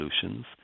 solutions